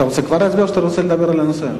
אתה רוצה להצביע כבר או שאתה רוצה לדבר על הנושא?